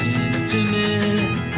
intimate